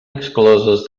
excloses